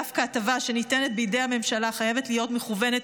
דווקא הטבה שניתנת בידי הממשלה חייבת להיות מכוונת